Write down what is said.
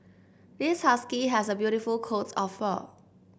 this husky has a beautiful coat of fur